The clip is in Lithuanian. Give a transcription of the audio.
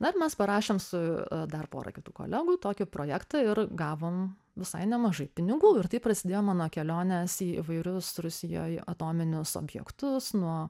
na ir mes parašėm su dar pora kitų kolegų tokį projektą ir gavom visai nemažai pinigų ir taip prasidėjo mano kelionės į įvairius rusijoj atominius objektus nuo